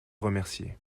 remercier